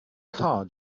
car